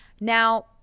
Now